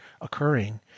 occurring